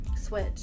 switch